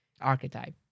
archetype